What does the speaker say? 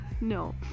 No